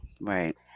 Right